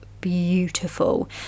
beautiful